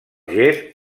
gest